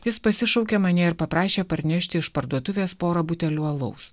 jis pasišaukė mane ir paprašė parnešti iš parduotuvės pora butelių alaus